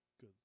Good